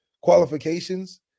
qualifications